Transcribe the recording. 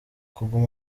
kuguma